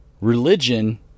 religion